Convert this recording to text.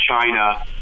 China